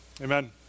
Amen